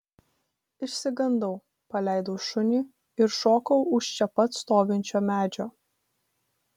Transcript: išsigandau paleidau šunį ir šokau už čia pat stovinčio medžio